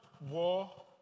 war